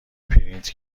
پرینت